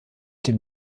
dem